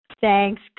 Thanks